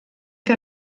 que